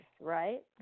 right